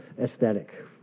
aesthetic